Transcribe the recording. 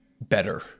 better